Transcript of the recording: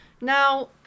now